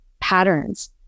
patterns